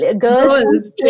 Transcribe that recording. girls